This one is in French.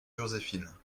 joséphine